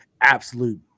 absolute